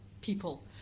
people